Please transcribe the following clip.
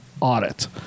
audit